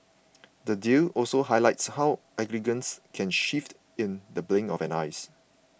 the deal also highlights how allegiances can shift in the blink of an eyes